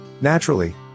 Naturally